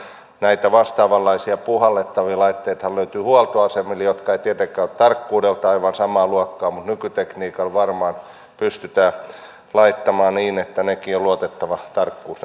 näitä vastaavanlaisia puhallettavia laitteitahan löytyy huoltoasemilta ne eivät tietenkään ole tarkkuudeltaan aivan samaa luokkaa mutta nykytekniikalla varmaan pystytään laittamaan niin että luotettava tarkkuus näistä laitteista löytyy